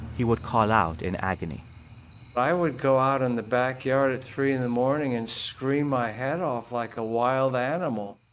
he would call out in agony i would go out in the backyard at three in the morning and scream my head off like a wild animal